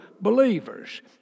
believers